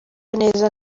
neza